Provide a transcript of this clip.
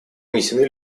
внесены